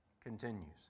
continues